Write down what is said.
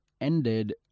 ended